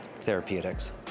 therapeutics